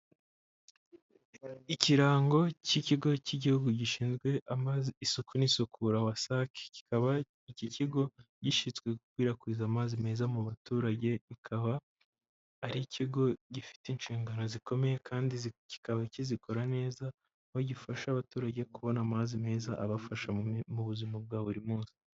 Ikirango cy'ikigo cy'igihugu gishinzwe amazi isuku n'isukura WASAC kikaba iki kigo gishinzwe gukwirakwiza amazi meza mu baturage, akaba ari ikigo gifite inshingano zikomeye, kandi kikaba kizikora neza, aho gifasha abaturage kubona amazi meza abafasha mu buzima bwa buri munsi.